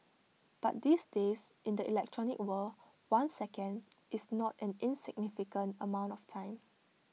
but these days in the electronic world one second is not an insignificant amount of time